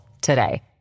today